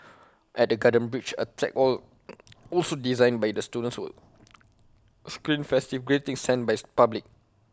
at the garden bridge A tech wall also designed by the students will screen festive greetings sent by the public